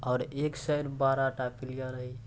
आओर एक साइड बारहटा प्लेअर रहै छै